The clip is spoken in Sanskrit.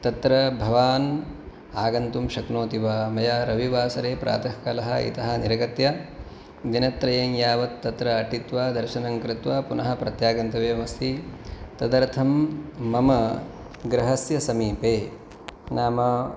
तत्र भवान् आगन्तुं शक्नोति वा मया रविवासरे प्रातकालः इतः निर्गत्य दिनत्रयं यावत् तत्र अटित्वा दर्शनं कृत्वा पुनः प्रत्यागन्तव्यम् अस्ति तदर्थं मम गृहस्य समीपे नाम